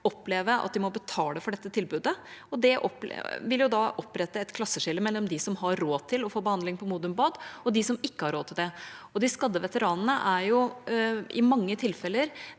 oppleve at de må betale for dette tilbudet, og det vil da opprette et klasseskille mellom dem som har råd til å få behandling på Modum Bad, og dem som ikke har råd til det. De skadde veteranene sliter i mange tilfeller